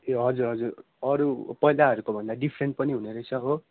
ए हजुर हजुर अरू पहिलाहरूको भन्दा डिफ्रेन्ट पनि हुने रहेछ हो